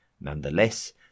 Nonetheless